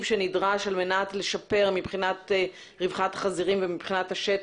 שנדרש על מנת לשפר את רווחת החזירים ואת השטח,